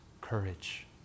courage